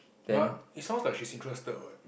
but it sounds like she's interested what